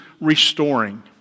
restoring